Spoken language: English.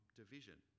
division